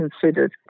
considered